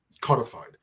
codified